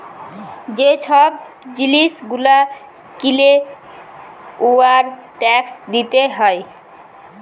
যে ছব জিলিস গুলা কিলে উয়ার ট্যাকস দিতে হ্যয়